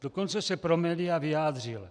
Dokonce se pro média vyjádřil: